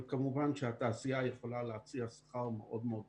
וכמובן שהתעשייה יכולה להציע שכר מאוד מאוד גבוה,